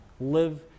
live